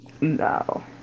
No